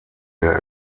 der